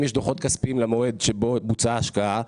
יש דוחות כספיים למועד שבו בוצעה השקעה,